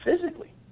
Physically